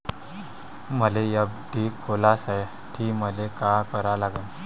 मले एफ.डी खोलासाठी मले का करा लागन?